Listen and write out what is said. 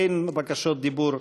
אין בקשות דיבור.